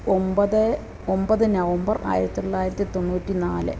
ഒമ്പത് ഒമ്പത് നവംബർ ആയിരത്തി തൊള്ളായിരത്തി തൊണ്ണൂറ്റി നാല്